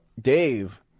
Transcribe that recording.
Dave